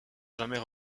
jamais